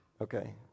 Okay